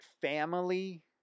family